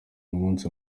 umunsi